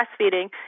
breastfeeding